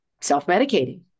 self-medicating